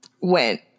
went